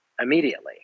immediately